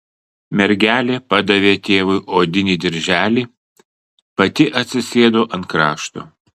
mergelė padavė tėvui odinį dirželį pati atsisėdo ant krašto